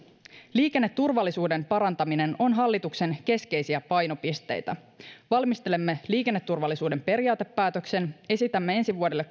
liikenneturvallisuuden parantaminen on hallituksen keskeisiä painopisteitä valmistelemme liikenneturvallisuuden periaatepäätöksen esitämme ensi vuodelle